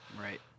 Right